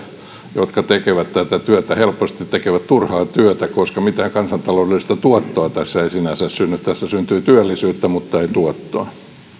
jotka tekevät tätä työtä helposti tekevät turhaa työtä koska mitään kansantaloudellista tuottoa tässä ei sinänsä synny tässä syntyy työllisyyttä mutta ei tuottoa